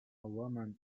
woman